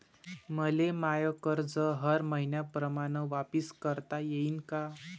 मले माय कर्ज हर मईन्याप्रमाणं वापिस करता येईन का?